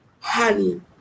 Honey